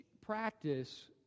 practice